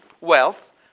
wealth